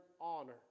honor